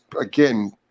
again